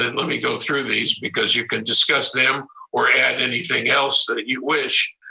and let me go through these because you can discuss them or add anything else that you wish.